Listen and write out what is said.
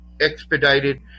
expedited